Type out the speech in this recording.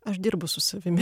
aš dirbu su savimi